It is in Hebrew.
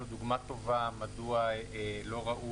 19 באוגוסט 2020, כ"ט באב התש"ף.